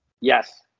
Yes